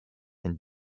and